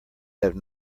have